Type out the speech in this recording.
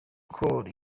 call